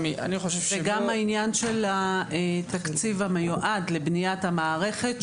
גם העניין של התקציב המיועד לבניית המערכת,